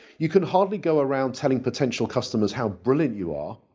you can hardly go around telling potential customers how brilliant you are.